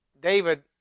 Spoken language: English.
David